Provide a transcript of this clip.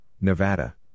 Nevada